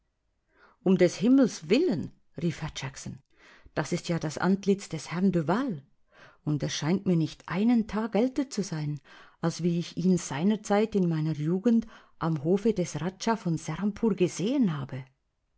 um des himmels willen rief herr jackson das ist ja das antlitz des herrn de vales und er scheint mir nicht einen tag älter zu sein als wie ich ihn seiner zeit in meiner jugend am hofe des rajah von serampoor gesehen habe